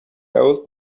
old